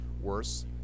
worse